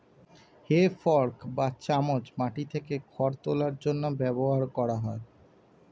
হে fork বা চামচ মাটি থেকে খড় তোলার জন্য ব্যবহার করা হয়